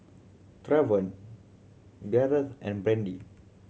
Travon Garret and Brady